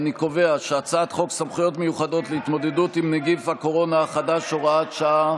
חוק סמכויות מיוחדות להתמודדות עם נגיף הקורונה החדש (הוראת שעה)